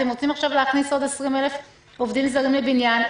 אתם רוצים עכשיו להכניס עובדים זרים לבניין.